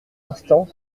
instant